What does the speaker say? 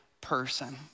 person